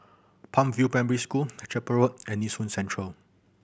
Palm View Primary School Chapel Road and Nee Soon Central